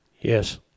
Yes